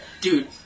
dude